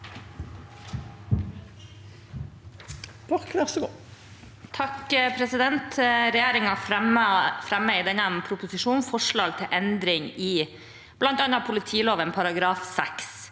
(Sp) Regjeringen fremmer i denne proposisjonen forslag til endring i bl.a. politiloven § 6.